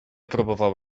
próbował